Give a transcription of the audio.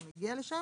אנחנו נגיע לשם.